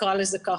נקרא להם כך.